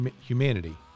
humanity